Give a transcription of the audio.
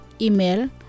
Email